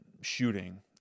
shooting